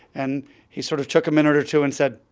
and he sort of took a minute or two and said,